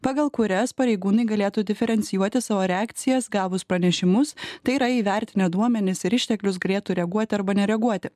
pagal kurias pareigūnai galėtų diferencijuoti savo reakcijas gavus pranešimus tai yra įvertinę duomenis ir išteklius galėtų reaguoti arba nereaguoti